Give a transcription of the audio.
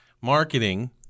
Marketing